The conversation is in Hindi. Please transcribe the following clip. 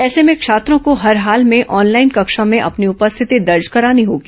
ऐसे में छात्रों को हर हाल में ऑनलाइन कक्षा में अपनी उपस्थिति दर्ज करानी होगी